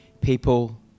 people